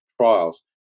trials